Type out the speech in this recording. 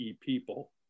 people